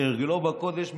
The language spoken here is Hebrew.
כהרגלו בקודש,